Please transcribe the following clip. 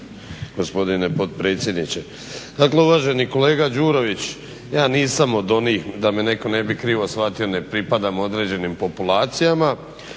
gospodine potpredsjedniče. Dakle, uvaženi kolega Đurović, ja nisam od onih da me neko ne bi krivo shvatio, ne pripadam određenim populacijama,